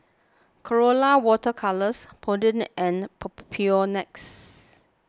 Colora Water Colours Polident and Papulex